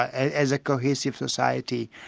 ah as a cohesive society,